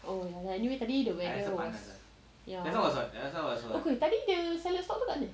oh ya anyway tadi weather was ya okay tadi the seller stop dekat mana